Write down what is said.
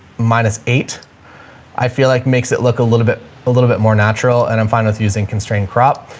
minus eight i feel like makes it look a little bit a little bit more natural and i'm fine with using constraint crop.